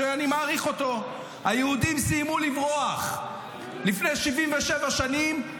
שאני מעריך אותו: היהודים סיימו לברוח לפני 77 שנים,